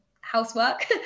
housework